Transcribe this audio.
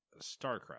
StarCraft